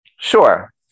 Sure